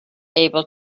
able